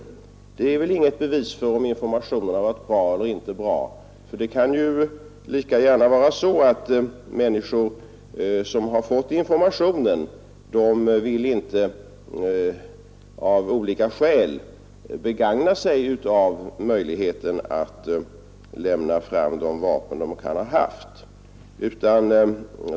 Det kan lika gärna vara så att människor som har fått informationen inte vill, av olika skäl, begagna sig av möjligheten att lämna fram de vapen de kan ha haft.